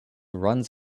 runs